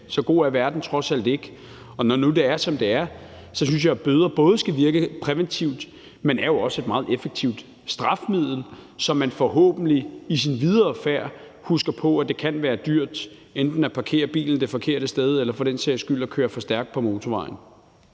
Så god er verden trods alt ikke. Og når nu det er, som det er, så synes jeg, at bøder skal virke præventivt, men de er jo også et meget effektivt straffemiddel, som gør, at man i sin videre færd forhåbentlig husker på, at det kan være dyrt enten at parkere bilen det forkerte sted eller for den sags skyld at køre for stærkt på motorvejen.